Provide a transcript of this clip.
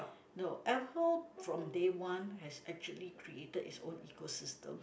no Apple from day one has actually created it's own eco system